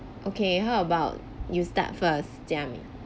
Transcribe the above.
okay how about you start first jia min